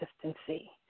consistency